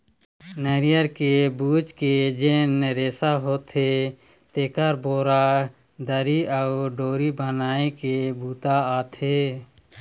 नरियर के बूच के जेन रेसा होथे तेखर बोरा, दरी अउ डोरी बनाए के बूता आथे